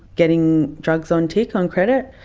getting drugs on tick, on credit.